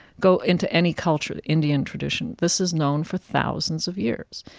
go into any culture indian tradition this is known for thousands of years.